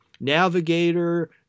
navigator